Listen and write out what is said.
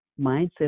mindset